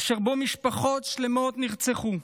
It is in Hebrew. אשר בו משפחות שלמות נרצחו,